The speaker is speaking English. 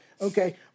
okay